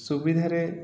ସୁବିଧାରେ